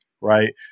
right